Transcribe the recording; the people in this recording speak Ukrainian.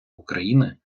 україни